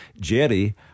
Jerry